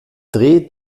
dreh